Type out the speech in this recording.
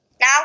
Now